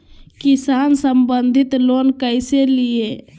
किसान संबंधित लोन कैसै लिये?